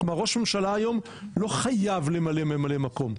כלומר ראש ממשלה היום לא חייב למלא ממלא מקום?